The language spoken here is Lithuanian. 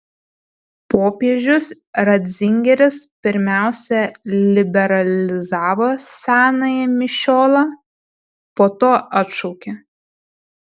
popiežius ratzingeris pirmiausia liberalizavo senąjį mišiolą po to atšaukė